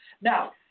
Now